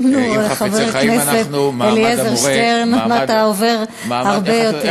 חבר הכנסת אלעזר שטרן, אתה עובר הרבה יותר.